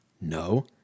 No